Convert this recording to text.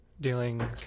Dealing